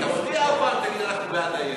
חבל לי לחבוט בו,